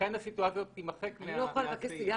לכן הסיטואציה הזאת תימחק מהסעיף.